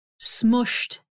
smushed